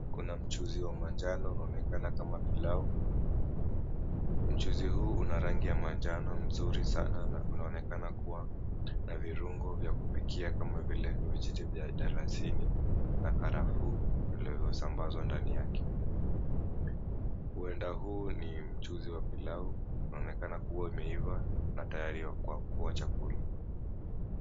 Kuna mchuzi wa manjano unaonekana kama pilau. Mchuzi huu una rangi ya manjano mzuri sana na unaonekana kuwa na virungo vya kupikia kama vile vijiti vya mdalasini na karafuu vilivyosambazwa ndani yake. Huenda huu ni mchuzi wa pilau unaonekana kuwa umeiva na tayari ya kwa kuwa chakula.